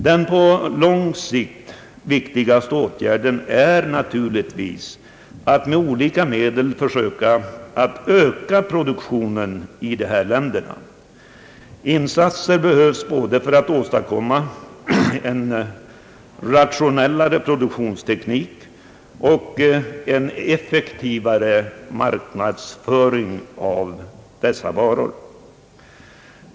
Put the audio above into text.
Den på lång sikt viktigaste åtgärden är naturligtvis att med olika medel försöka öka produktionen i u-länderna. Insatser behövs både för att åstadkomma en rationellare produktionsteknik och en effektivare marknadsföring av varorna.